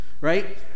right